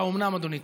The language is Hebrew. האומנם, אדוני?